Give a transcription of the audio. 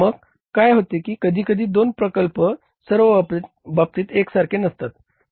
मग काय होते की कधीकधी दोन प्रकल्प सर्व बाबतीत एकसारखे नसतात